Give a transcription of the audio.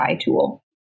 tool